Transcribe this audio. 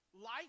Life